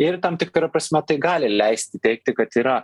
ir tam tikra prasme tai gali leisti teigti kad yra